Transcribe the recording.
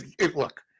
Look